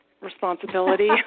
responsibility